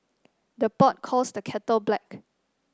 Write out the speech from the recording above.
the pot calls the kettle black